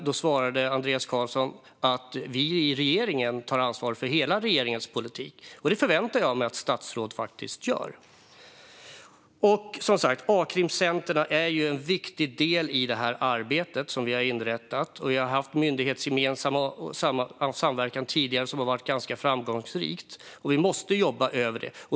Då svarade Andreas Carlson att man inom regeringen tar ansvar för hela regeringens politik, och det förväntar jag mig att statsråd faktiskt gör. De a-krimcenter som har inrättats är som sagt en viktig del i detta arbete. Vi har tidigare haft myndighetsgemensam samverkan som har varit ganska framgångsrikt, och vi måste jobba med det.